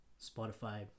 Spotify